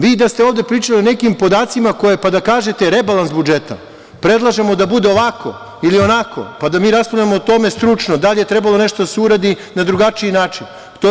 Vi da ste ovde pričali o nekim podacima, pa da kažete rebalans budžeta predlažemo da bude ovako ili onako, pa da mi raspravljamo o tome stručno, da li je trebalo nešto da se uradi na drugačiji način.